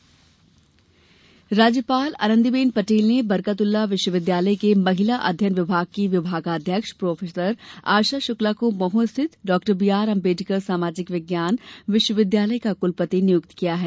कुलपति नियुक्ति राज्यपाल आनंदीबेन पटेल ने बरकतउल्ला विश्वविद्यालय के महिला अध्ययन विभाग की विभागाध्यक्ष प्रो आशा शुक्ला को मह स्थित डॉ बीआर अंबेडकर सामाजिक विज्ञान विश्वविद्यालय का कुलपति नियुक्त किया है